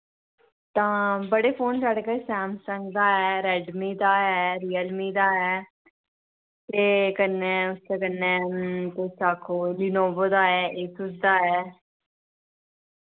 तां बड़े फोन साढ़े कश सैमसंग दा ऐ रेडमी दा ऐ रियल मी दा ऐ ते कन्नै उसदे कन्नै तुस आखो लिनोवो दा ऐ इक उसदा ऐ